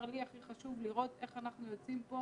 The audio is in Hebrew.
לי הכי חשוב לראות איך אנחנו יוצאים מפה